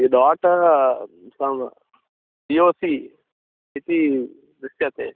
यद् ओटोह् नाम पि ओ सि इति दृश्यते